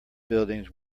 buildings